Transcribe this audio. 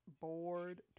bored